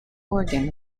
organ